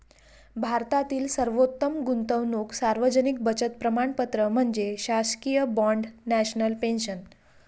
भारतातील सर्वोत्तम गुंतवणूक सार्वजनिक बचत प्रमाणपत्र म्हणजे शासकीय बाँड नॅशनल पेन्शन